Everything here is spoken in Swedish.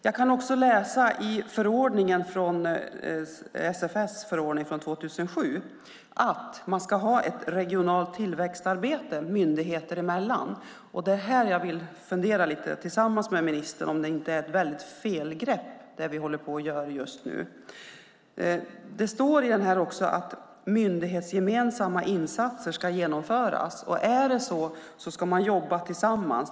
Jag kan också läsa i SFS förordning från 2007 att man ska ha ett regionalt tillväxtarbete myndigheter emellan. Jag vill fundera lite tillsammans med ministern om vi inte håller på att göra ett väldigt felgrepp just nu när det gäller detta. Här står att myndighetsgemensamma insatser ska genomföras. Är det så ska man jobba tillsammans.